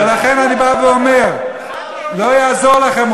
ולכן אני בא ואומר: לא יעזור לכם.